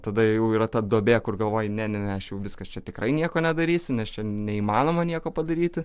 tada jau yra ta duobė kur galvoji ne ne ne aš jau viskas čia tikrai nieko nedarysiu nes čia neįmanoma nieko padaryti